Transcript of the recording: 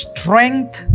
Strength